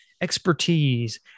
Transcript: expertise